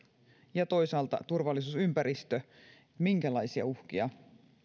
ja toisaalta turvallisuusympäristö minkälaisia uhkia